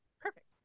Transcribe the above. perfect